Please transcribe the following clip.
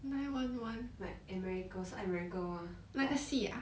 like america 是 america mah